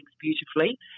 beautifully